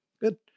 good